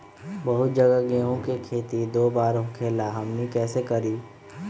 बहुत जगह गेंहू के खेती दो बार होखेला हमनी कैसे करी?